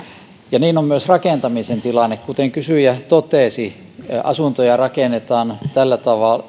ja niin on myös rakentamisen tilanne kuten kysyjä totesi asuntoja rakennetaan tällä